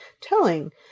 telling